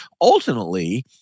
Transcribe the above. ultimately